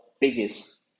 biggest